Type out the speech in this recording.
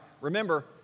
remember